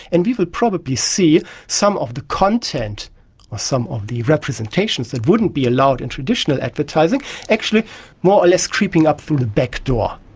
and we will probably see some of the content or some of the representations that wouldn't be allowed in traditional advertising actually more or less creeping up through the back door.